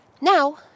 Now